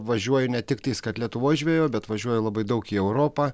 važiuoju ne tik tais kad lietuvoj žvejot bet važiuoju labai daug į europą